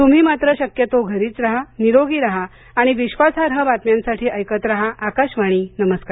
तुम्ही मात्र शक्यतो घरीच राहा निरोगी राहा आणि विश्वासार्ह बातम्यांसाठी ऐकत राहा आकाशवाणी नमस्कार